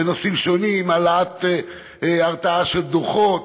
בנושאים שונים: העלאת הרתעה של דוחות,